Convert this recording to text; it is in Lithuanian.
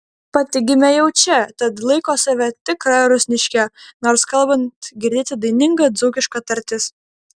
pati gimė jau čia tad laiko save tikra rusniške nors kalbant girdėti daininga dzūkiška tartis